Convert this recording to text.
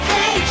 Hey